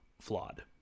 flawed